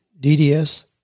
DDS